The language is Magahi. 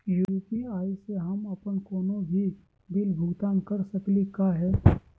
यू.पी.आई स हम अप्पन कोनो भी बिल भुगतान कर सकली का हे?